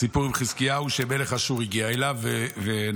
הסיפור עם חזקיהו, שמלך אשור הגיע אליו ונפל.